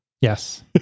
Yes